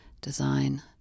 design